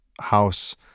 house